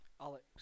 Alex